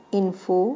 info